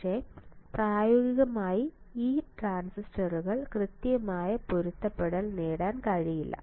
പക്ഷേ പ്രായോഗികമായി ആ ട്രാൻസിസ്റ്ററുകളുടെ കൃത്യമായ പൊരുത്തപ്പെടുത്തൽ നേടാൻ കഴിയില്ല